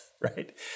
right